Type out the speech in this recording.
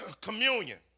communion